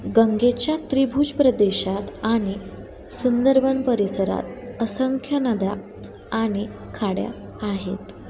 गंगेच्या त्रिभुज प्रदेशात आणि सुंदरबन परिसरात असंख्य नद्या आणि खाड्या आहेत